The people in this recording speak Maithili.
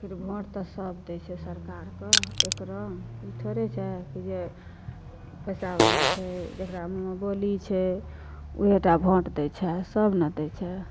आखिर भोट तऽ सब दै छै सरकारके एक रङ्ग ई थोड़े छै जे पैसा बला छै जेकरा मुँहमे बोली छै ओहे टा भोट दै छै सब ने दै छै